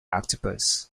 octopus